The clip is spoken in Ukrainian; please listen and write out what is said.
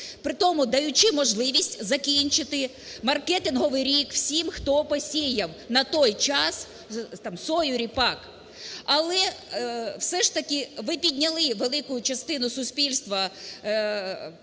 притому даючи можливість закінчити маркетинговий рік всім, хто посіяв на той час сою, ріпак. Але все ж таки ви підняли велику частину суспільства